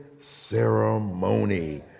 ceremony